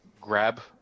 grab